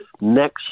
next